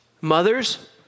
Mothers